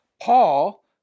Paul